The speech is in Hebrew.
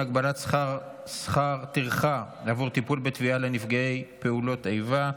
הגבלת שכר טרחה עבור טיפול בתביעה לנפגעי איבה),